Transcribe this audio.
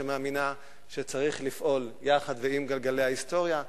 שמאמינה שצריך לפעול יחד ועם גלגלי ההיסטוריה,